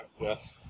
yes